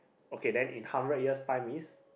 okay then in hundred years time is